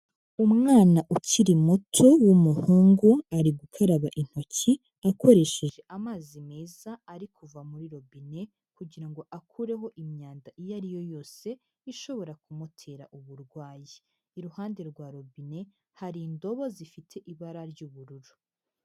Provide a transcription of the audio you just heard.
Umwana ukiri muto w'umuhungu, ari gukaraba intoki akoresheje amazi meza ari kuva muri robine kugira ngo akureho imyanda iyo ari yo yose ishobora kumutera uburwayi, iruhande rwa robine hari indobo zifite ibara ry'ubururu.